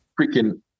freaking